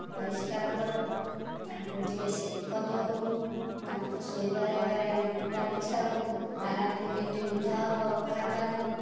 ପରିଷ୍କାର କରୁ ତାଙ୍କୁ ଟିକେ ସେକ ଦେଉ ତାଙ୍କ ଶୋଇବା ଜାଗାରେ ଆମେ କୁଟା ବିଛାଉ ଆରାମରେ ଯେମିତି ନିଦ ହେବ ଅଖା ପାରୁ